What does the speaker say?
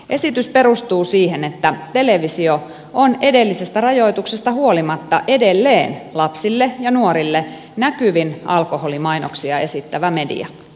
esitys perustuu siihen että televisio on edellisestä rajoituksesta huolimatta edelleen lapsille ja nuorille näkyvin alkoholimainoksia esittävä media